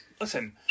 Listen